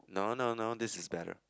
no no no this is better